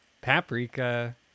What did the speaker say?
Paprika